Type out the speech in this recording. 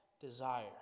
desire